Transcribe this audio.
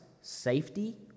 safety